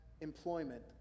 employment